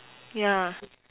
yeah